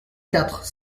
quatre